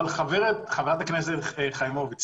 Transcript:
חברת הכנסת חיימוביץ',